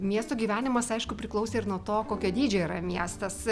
miesto gyvenimas aišku priklausė ir nuo to kokio dydžio yra miestas